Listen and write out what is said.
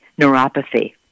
neuropathy